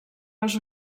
les